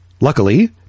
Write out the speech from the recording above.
Luckily